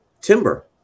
timber